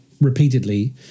repeatedly